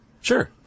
sure